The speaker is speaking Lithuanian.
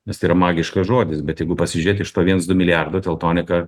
nes tai yra magiškas žodis bet jeigu pasižiūrėt iš to viens du milijardo teltonika